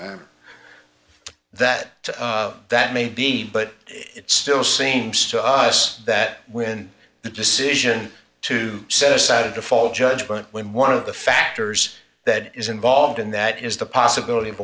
respond that to that may be but it still seems to us that when the decision to set aside a default judgment when one of the factors that is involved in that is the possibility of